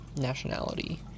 nationality